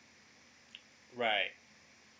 right